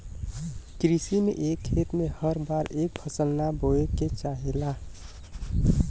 कृषि में एक खेत में हर बार एक फसल ना बोये के चाहेला